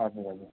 हजुर हजुर